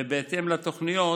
ובהתאם לתוכניות